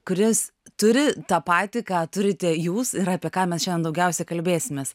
kuris turi tą patį ką turite jūs ir apie ką mes šiandien daugiausia kalbėsimės